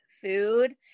food